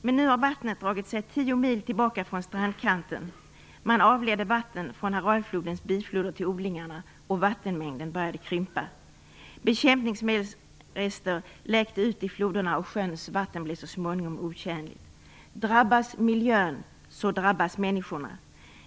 Men nu har vattnet dragit sig tio mil tillbaka från strandkanten. Man avledde vatten från Aralflodens bifloder till odlingarna, och vattenmängden började krympa. Bekämpningsmedelsrester läckte ut i floderna, och sjöns vatten blev så småningom otjänligt. Om miljön drabbas, så drabbas människorna.